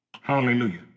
Hallelujah